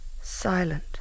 silent